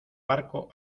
barco